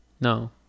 no